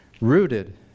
rooted